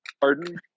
Pardon